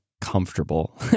comfortable